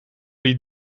die